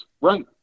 right